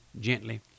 gently